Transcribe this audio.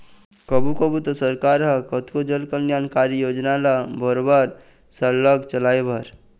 कभू कभू तो सरकार ह कतको जनकल्यानकारी योजना ल बरोबर सरलग चलाए बर